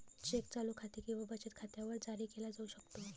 check चालू खाते किंवा बचत खात्यावर जारी केला जाऊ शकतो